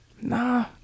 Nah